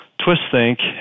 Twistthink